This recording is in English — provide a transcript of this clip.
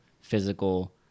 physical